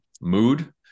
mood